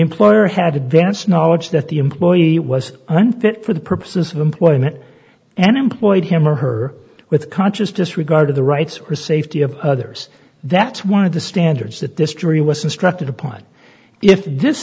employer had advance knowledge that the employee was unfit for the purposes of employment and employed him or her with conscious disregard of the rights or safety of others that's one of the standards that this jury was instructed upon if this